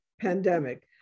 pandemic